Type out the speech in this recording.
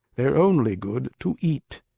they're only good to eat.